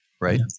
right